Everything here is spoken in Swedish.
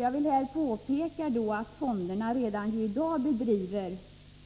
Jag vill här påpeka att fonderna redan i dag ger